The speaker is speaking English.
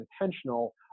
intentional